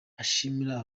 ashimira